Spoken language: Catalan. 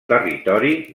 territori